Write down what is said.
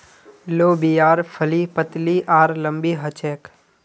लोबियार फली पतली आर लम्बी ह छेक